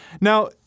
Now